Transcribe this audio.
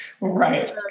right